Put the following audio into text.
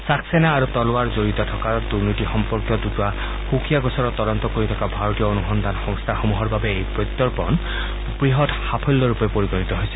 ছাক্সেনা আৰু তলৱাৰ জড়িত থকা দুৰ্নীতি সম্পৰ্কীয় দুটা সূকীয়া গোচৰৰ তদন্ত কৰি থকা ভাৰতীয় অনুসন্ধান সংস্থাসমূহৰ বাবে এই প্ৰত্যাৰ্পণ বৃহৎ সাফল্যৰূপে পৰিগণিত হৈছে